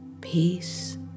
Peace